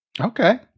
Okay